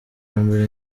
mbere